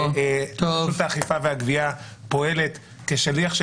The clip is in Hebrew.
רשות האכיפה והגבייה פעולת כשליח של